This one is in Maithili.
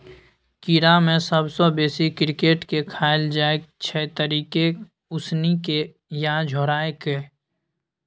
कीड़ा मे सबसँ बेसी क्रिकेट केँ खाएल जाइ छै तरिकेँ, उसनि केँ या झोराए कय